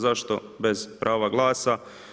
Zašto bez prava glasa?